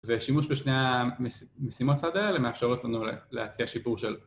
והשימוש בשני המשימות שדה האלה מאפשרות לנו להציע שיפור של